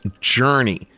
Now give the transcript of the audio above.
Journey